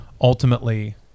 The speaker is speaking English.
ultimately